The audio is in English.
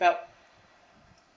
doubt